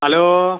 hello